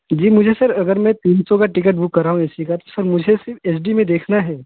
जी मुझे सर अगर मैं तीन सौ का टिकट बुक कराऊँ ए सी का तो मुझे सर सिर्फ़ एच डी में देखना है